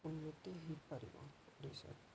ଉନ୍ନତି ହେଇପାରିବ ଓଡ଼ିଶାର